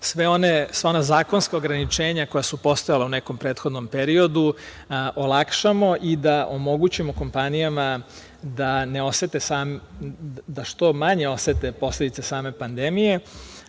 da sva ona zakonska ograničenja koja su postojala u nekom prethodnom periodu olakšamo i da omogućimo kompanijama da ne osete, odnosno da što manje osete posledice same pandemije.